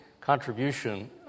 contribution